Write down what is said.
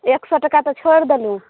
एक सए टाका तऽ छोड़ि देलहुँ